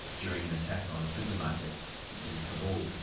during an attack on a supermarket in kabul.